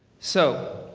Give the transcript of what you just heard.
so.